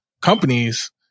companies